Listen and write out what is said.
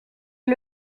est